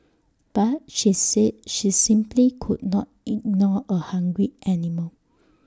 but she said she simply could not ignore A hungry animal